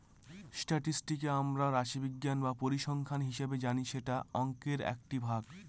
স্ট্যাটিসটিককে আমরা রাশিবিজ্ঞান বা পরিসংখ্যান হিসাবে জানি যেটা অংকের একটি ভাগ